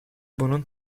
bunun